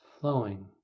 flowing